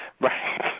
Right